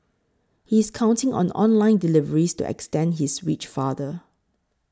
he is counting on online deliveries to extend his reach farther